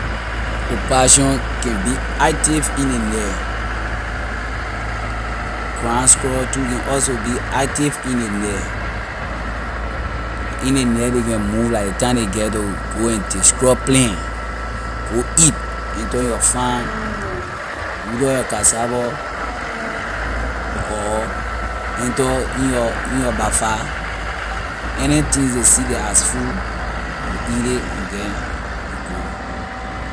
Opossum can be active in ley night. ground squirrel can also be active in ley night, la in ley night ley can move la ley time lay get to go and destroy plant ley can go eat enter your farm root up your cassava or enter in your in your bafa anything ley see the as food ley will eat it and then they go.